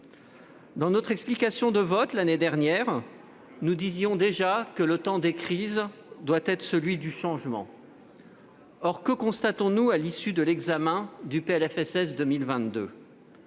Dans notre explication de vote l'année dernière, nous disions déjà que le temps des crises doit être celui du changement. Or qu'observons-nous à l'issue de l'examen du PLFSS pour 2022 ?